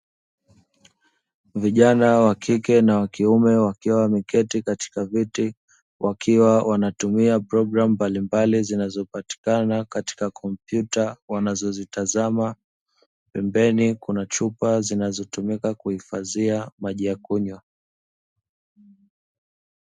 Vijana wa kike na wa kiume wakiwa wameketi katika viti wakiwa wanatumia programu mbalimbali, zinazopatikana katika kompyuta wanazozitazama, pembeni kuna chupa zinazotumika kuhifadhia maji ya kunywa.